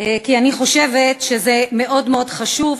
כי אני חושבת שזה מאוד מאוד חשוב,